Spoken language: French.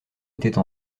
étaient